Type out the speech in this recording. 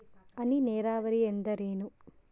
ಹನಿ ನೇರಾವರಿ ಎಂದರೇನು?